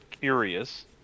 curious